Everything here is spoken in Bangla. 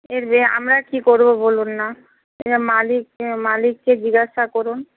এর আমরা কী করব বলুন না মালিক মালিককে জিজ্ঞাসা করুন